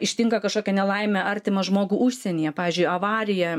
ištinka kažkokia nelaimė artimą žmogų užsienyje pavyzdžiui avarija